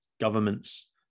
governments